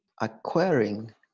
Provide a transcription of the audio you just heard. acquiring